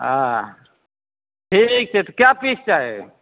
हँ ठीक छै तऽ कए पीस चाही